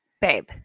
babe